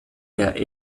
der